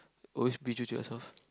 always be true to yourself